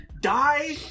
die